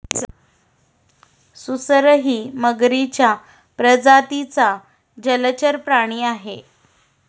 सुसरही मगरीच्या प्रजातीचा जलचर प्राणी आहे